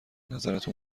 نظرتون